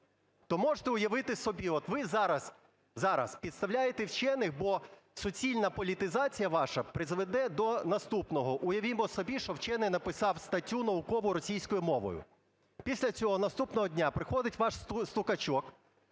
то можете уявити собі, от ви зараз, зараз підставляєте вчених, бо суцільна політизація ваша призведе до наступного. Уявімо собі, що вчений написав статтю наукову російською мовою. Після цього, наступного дня приходить ваш "стукачок",